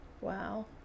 wow